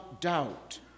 doubt